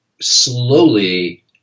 Slowly